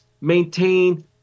maintain